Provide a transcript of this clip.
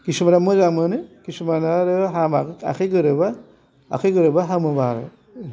खिसुमाना मोजां मोनो खिसुमाना आरो हामा आखाइ गोरोबा आखाइ गोरोबा हामो आरो